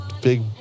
big